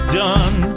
done